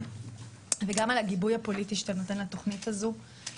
וגם על הגיבוי הפוליטי שאתה נותן לתוכנית הזו.